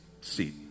seat